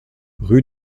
rue